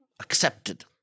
accepted